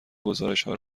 گزارشهای